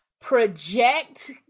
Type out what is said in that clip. project